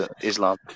Islam